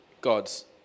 gods